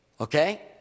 okay